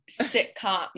sitcom